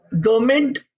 government